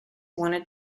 wanted